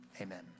amen